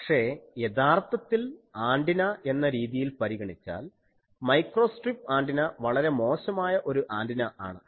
പക്ഷേ യഥാർത്ഥത്തിൽ ആൻറിന എന്ന രീതിയിൽ പരിഗണിച്ചാൽ മൈക്രോസ്ട്രിപ്പ് ആൻറിന വളരെ മോശമായ ഒരു ആൻ്റിന ആണ്